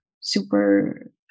super